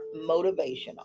motivational